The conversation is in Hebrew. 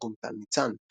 בתרגום טל ניצן.